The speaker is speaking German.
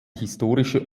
historische